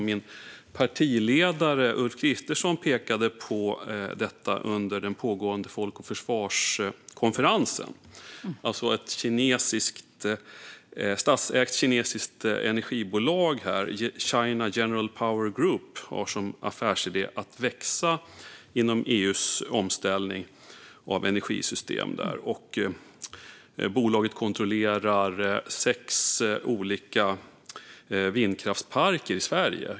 Min partiledare Ulf Kristersson pekade på detta under den pågående Folk och Försvar-konferensen. Ett statsägt kinesiskt energibolag, China General Nuclear Power Group, har som affärsidé att växa inom EU:s omställning av energisystem, och bolaget kontrollerar i dagsläget sex olika vindkraftsparker i Sverige.